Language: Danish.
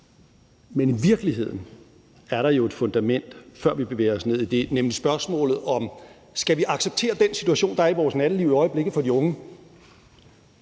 Men i virkeligheden er der jo et fundament, før vi bevæger os ned i det, nemlig spørgsmålet om, om vi skal acceptere den situation, der er i vores natteliv i øjeblikket for de unge.